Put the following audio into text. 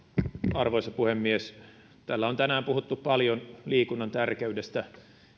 arvoisa puhemies täällä on tänään puhuttu paljon liikunnan tärkeydestä